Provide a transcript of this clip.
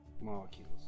molecules